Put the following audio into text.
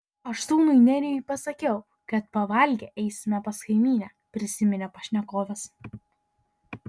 aš sūnui nerijui pasakiau kad pavalgę eisime pas kaimynę prisiminė pašnekovas